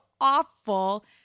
awful